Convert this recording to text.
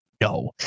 No